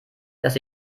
dass